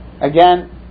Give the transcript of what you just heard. Again